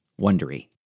wondery